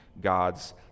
God's